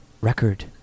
record